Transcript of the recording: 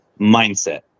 mindset